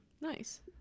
nice